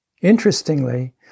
Interestingly